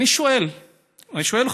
אני שואל,